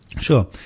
Sure